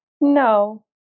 no